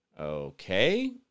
Okay